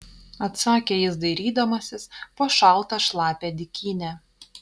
atsakė jis dairydamasis po šaltą šlapią dykynę